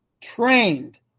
trained